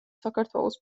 საქართველოს